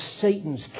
Satan's